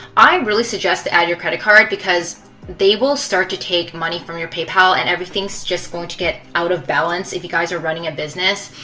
i really suggest to add your credit card because they will start to take money from your paypal and everything is just going to get out of balance if you guys are running a business.